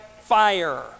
fire